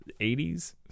80s